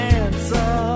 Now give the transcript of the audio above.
answer